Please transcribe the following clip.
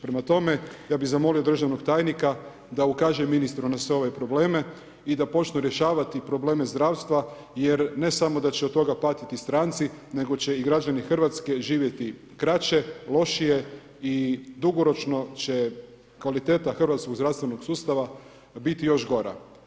Prema tome, ja bi zamolio državnog tajnika da ukaže ministru na sve probleme i da počnu rješavati probleme zdravstva jer ne samo da će od toga patiti stranci nego će i građani Hrvatske živjeti kraće, lošije i dugoročno će kvaliteta hrvatskog zdravstvenog sustava biti još gora.